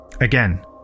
Again